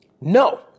no